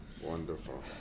Wonderful